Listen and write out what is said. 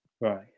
Right